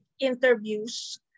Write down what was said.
interviews